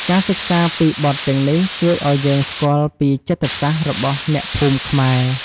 ការសិក្សាពីបទទាំងនេះ ជួយឱ្យយើងស្គាល់ពីចិត្តសាស្ត្ររបស់អ្នកភូមិខ្មែរ។